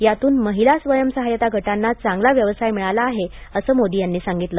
यातून महिला स्वयं साहाय्यता गटांना चांगला व्यवसाय मिळाला आहे असं मोदी यांनी सांगितलं